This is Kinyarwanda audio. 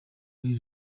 iri